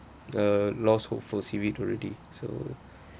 uh lost hope for seaweed already so